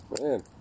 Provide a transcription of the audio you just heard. Man